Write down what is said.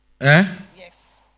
Yes